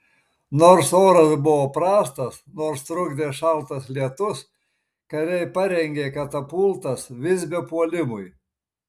nors oras buvo prastas nors trukdė šaltas lietus kariai parengė katapultas visbio puolimui